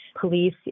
police